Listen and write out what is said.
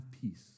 peace